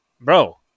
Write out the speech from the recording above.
bro